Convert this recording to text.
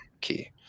key